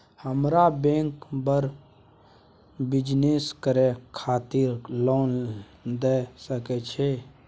हमरा बैंक बर बिजनेस करे खातिर लोन दय सके छै?